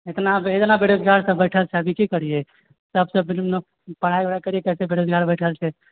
इतना इतना बेरोजगार सब बैठल छै अभी कि करियै सबसँ पहिले पढ़ाइ वढ़ाइ करियै कत्ते बेरोजगार बैठल छै